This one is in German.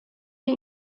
wir